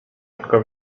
tylko